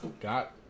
got